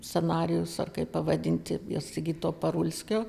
scenarijus ar kaip pavadinti sigito parulskio